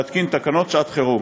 להתקין תקנות שעת-חירום.